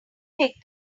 take